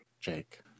Jake